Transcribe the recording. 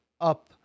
up